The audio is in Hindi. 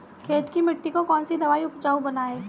खेत की मिटी को कौन सी दवाई से उपजाऊ बनायें?